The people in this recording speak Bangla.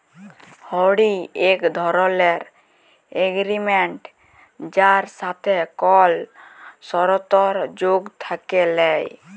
হুঁড়ি এক ধরলের এগরিমেনট যার সাথে কল সরতর্ যোগ থ্যাকে ল্যায়